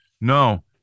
No